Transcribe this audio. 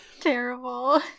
Terrible